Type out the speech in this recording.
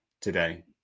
today